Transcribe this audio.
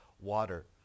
water